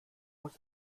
muss